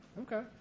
Okay